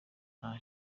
nta